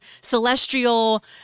celestial